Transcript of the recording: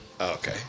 Okay